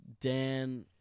Dan